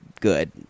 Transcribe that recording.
good